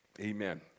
Amen